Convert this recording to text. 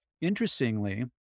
Interestingly